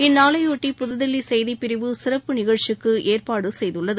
இந்நாளையொட்டி புதுதில்லிசெய்திப்பிரிவு சிறப்பு நிகழ்ச்சிக்குஏற்பாடுசெய்துள்ளது